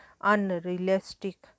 unrealistic